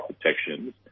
protections